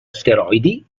asteroidi